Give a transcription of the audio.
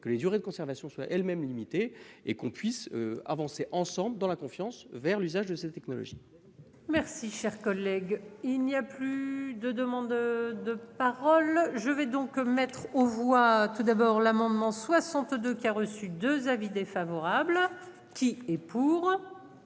que les durées de conservation soient elles-mêmes limitées et qu'on puisse avancer ensemble dans la confiance vers l'usage de sa technologie. Merci cher collègue. Il n'y a plus de demandes de parole. Je vais donc mettre aux voix, tout d'abord l'amendement 62 qui a reçu 2 avis défavorables qui est pour.